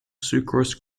sucrose